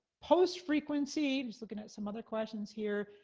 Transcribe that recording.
post-frequency, just looking at some other questions here.